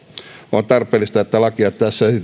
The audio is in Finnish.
on tarpeellista että lakia tässä